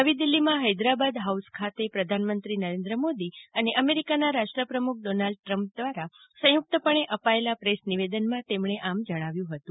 નવી દિલ્લી માં હૈદરાબાદ હાઉસ ખાતે પ્રધાનમંત્રી નરેન્દ્ર મોદી અને યુનાઇટેડ સ્ટેટ્સ ઓફ અમેરિકાના રાષ્ટ્ર પ્રમુખ ડોનાલ્ડ ટ્રમ્પ દ્વારા સંયુક્તપણે અપાયેલા પ્રેસ નિવેદનમાં તેમણે આમ જણાવ્યુ હતું